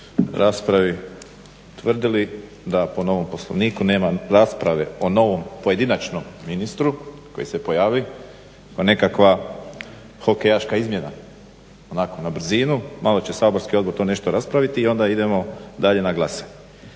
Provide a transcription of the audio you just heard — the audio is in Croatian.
raspravi tvrdili da po novom Poslovniku nema rasprave o novom pojedinačnom ministru koji se pojavi, pa nekakva hokejaška izmjena onako na brzinu. Malo će saborski odbor to nešto raspraviti i onda idemo dalje na glasanje.